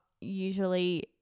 usually